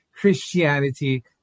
Christianity